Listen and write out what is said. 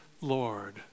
Lord